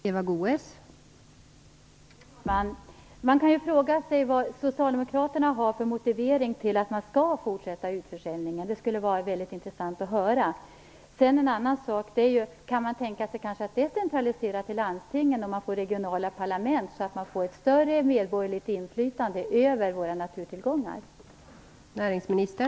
Fru talman! Man kan fråga sig vad socialdemokraterna har för motivering till att man skall fortsätta utförsäljningen. Det skulle vara väldigt intressant att höra. En annan sak är: Kan man kanske tänka sig att decentralisera till landstingen, om man får regionala parlament, så att vi får ett större medborgerligt inflytande över våra naturtillgångar?